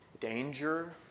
Danger